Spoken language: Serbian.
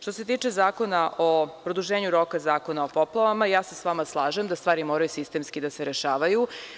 Što se tiče Zakona o produženju roka Zakona o poplavama, ja se s vama slažem da stvari moraju sistemski da se rešavaju.